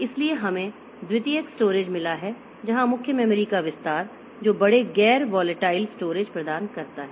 इसलिए हमें द्वितीयक स्टोरेज मिला है जहां मुख्य मेमोरी का विस्तार जो बड़े गैर वोलेटाइल स्टोरेज प्रदान करता है